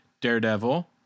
daredevil